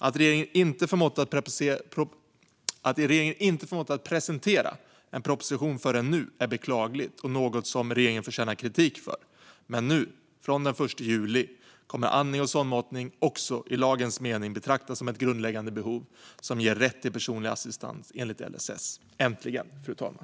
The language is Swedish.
Att regeringen inte förmått presentera en proposition förrän nu är beklagligt och något som regeringen förtjänar kritik för, men från och med den 1 juli kommer andning och sondmatning att betraktas som ett grundläggande behov också i lagens mening och ge rätt till personlig assistans enligt LSS - äntligen, fru talman.